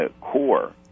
core